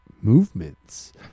movements